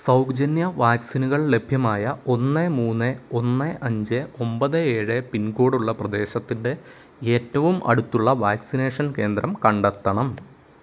സൗജന്യ വാക്സിനുകൾ ലഭ്യമായ ഒന്ന് മൂന്ന് ഒന്ന് അഞ്ച് ഒമ്പത് ഏഴ് പിൻകോഡ് ഉള്ള പ്രദേശത്തിന്റെ ഏറ്റവും അടുത്തുള്ള വാക്സിനേഷൻ കേന്ദ്രം കണ്ടെത്തണം